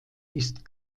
ist